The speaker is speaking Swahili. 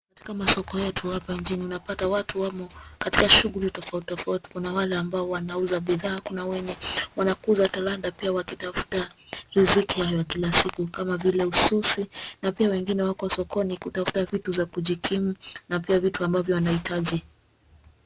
Katika masoko yetu hapa nchini unapata watu wamo katika shughuli tofauti tofauti kuna wale ambao wanauza bidhaa kuna wenye wanakuza talanta pia wakitafuta riziki ya kila siku kama vile ususi na pia wengine wako sokoni kutafuta vitu za kujikimu na pia vitu ambavyo wanahitaji